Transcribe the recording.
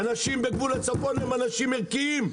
האנשים בגבול הצפון הם אנשים ערכיים,